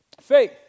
Faith